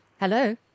Hello